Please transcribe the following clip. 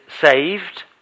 saved